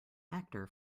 actor